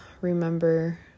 remember